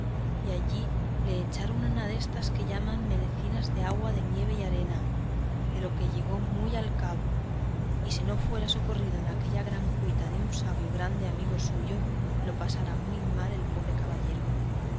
y allí le echaron una destas que llaman melecinas de agua de nieve y arena de lo que llegó muy al cabo y si no fuera socorrido en aquella gran cuita de un sabio grande amigo suyo lo pasara muy mal el pobre caballero